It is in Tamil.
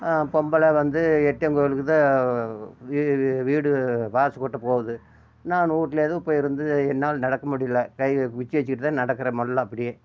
பொம்பளை வந்து எட்டையன் கோவிலுக்கு தான் வீடு வாசல் கூட்ட போகுது நான் வீட்ல எதுவும் இப்போ இருந்து என்னால் நடக்க முடியல கை குச்சி வச்சுக்கிட்டு தான் நடக்கிறேன் மெல்ல அப்படியே